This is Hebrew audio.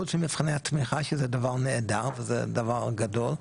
חוץ ממבחני התמיכה שזה דבר נהדר, זה דבר גדול,